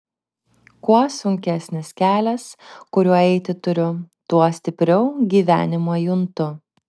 kuo sunkesnis kelias kuriuo eiti turiu tuo stipriau gyvenimą juntu